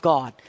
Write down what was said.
God